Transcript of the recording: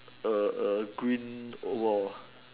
a a green overall